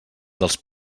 dels